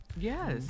Yes